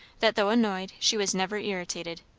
that though annoyed she was never irritated.